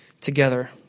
together